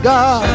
God